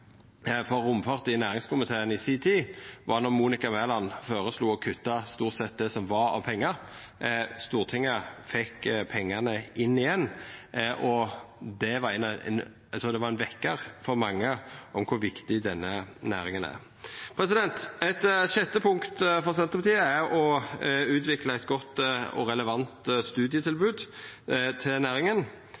for romfart i næringskomiteen i si tid, var då Monica Mæland føreslo å kutta stort sett det som var av pengar. Stortinget fekk pengane inn igjen, og det trur eg var ein vekkar for mange om kor viktig denne næringa er. Eit sjette punkt for Senterpartiet er å utvikla eit godt og relevant studietilbod til næringa.